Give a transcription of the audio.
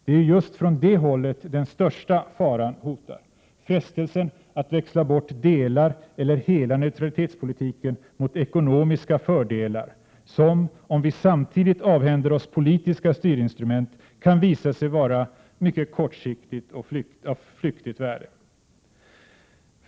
Det är ju just från det hållet den största faran hotar: frestelsen att växla bort delar av eller hela neutralitetspolitiken mot ekonomiska fördelar, som — om vi samtidigt avhänder oss politiska styrinstrument — kan visa sig vara av mycket kortsiktigt och flyktigt värde.